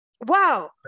Wow